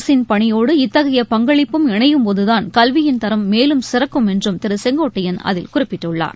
அரசின் பணியோடு இத்தகைய பங்களிப்பும் இணையும் போதுதான் கல்வியின் தரம் மேலும் சிறக்கும் என்றும் திரு செங்கோட்டையள் அதில் குறிப்பிட்டுள்ளார்